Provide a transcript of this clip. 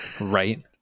Right